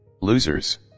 losers